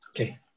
Okay